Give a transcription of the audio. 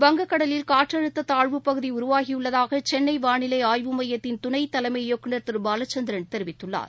வங்கக் கடலில் காற்றழுத்ததாழ்வுப் பகுதிஉருவாகியுள்ளதாகசென்னைவாளிலைஆய்வு மையத்தின் துணைதலைமை இயக்குநர் திருபாலச்சந்திரன் தெரிவித்துள்ளார்